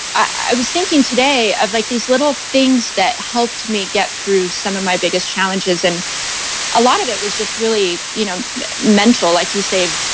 i was thinking today of like these little things that helped me get through some of my biggest challenges, and a lot of it was just really you know mental, like you say,